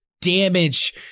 damage